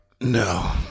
no